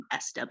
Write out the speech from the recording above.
SW